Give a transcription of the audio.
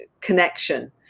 connection